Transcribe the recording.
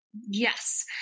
Yes